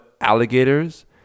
alligators